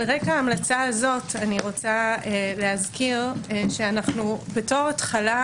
על רקע ההמלצה הזאת אני רוצה להזכיר שאנחנו בתור התחלה